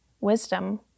wisdom